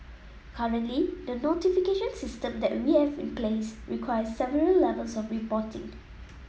currently the notification system that we have in place requires several levels of reporting